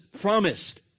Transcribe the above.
promised